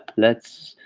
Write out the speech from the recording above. let's